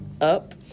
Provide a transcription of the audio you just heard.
up